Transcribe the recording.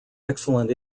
excellent